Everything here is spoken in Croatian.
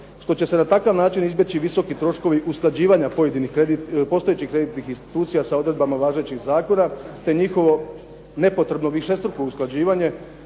što će se na takav način izbjeći visoki troškovi usklađivanja postojećih kreditnih institucija sa odredbama važećeg zakona, te njihovo nepotrebno višestruko usklađivanje,